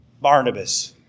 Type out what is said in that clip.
Barnabas